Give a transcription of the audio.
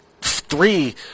three